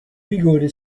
vigore